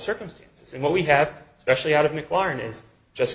circumstances and what we have especially out of mcclaren is just